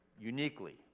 uniquely